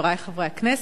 חברי חברי הכנסת,